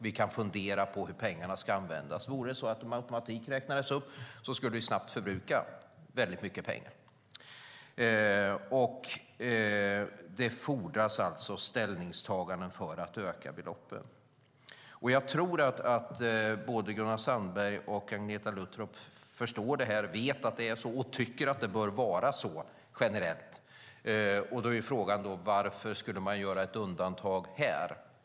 Vi kan fundera på hur pengarna ska användas. Vore det så att de med automatik räknades upp skulle vi snabbt förbruka väldigt mycket pengar. Det fordras alltså ställningstaganden för att öka beloppen. Jag tror att både Gunnar Sandberg och Agneta Luttropp förstår det här, vet att det är så och tycker att det bör vara så, generellt. Då är frågan: Varför skulle man göra ett undantag här?